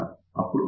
అప్పుడు ఇది Aeie0